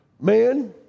Man